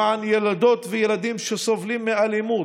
למען ילדות וילדים שסובלים מאלימות,